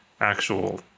actual